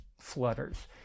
flutters